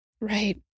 Right